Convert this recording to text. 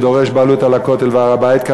שדורש בעלות על הכותל והר-הבית,